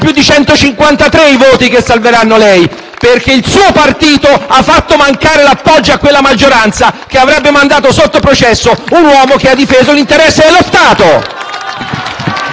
perché il suo Gruppo ha fatto mancare l'appoggio a quella maggioranza che avrebbe mandato sotto processo un uomo che ha difeso l'interesse dello Stato.